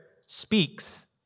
speaks